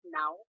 now